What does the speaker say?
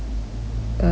err